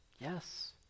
Yes